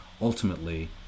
ultimately